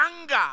anger